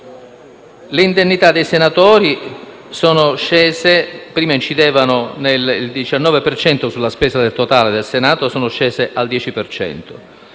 Le indennità dei senatori sono scese; prima incidevano del 19 per cento sulla spesa totale del Senato, ora sono scese al 10